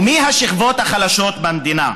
ומי השכבות החלשות במדינה?